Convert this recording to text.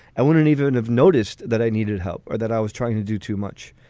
i wouldn't even have noticed that i needed help or that i was trying to do too much.